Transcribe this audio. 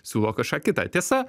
siūlo kažką kitą tiesa